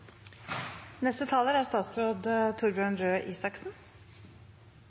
Neste taler er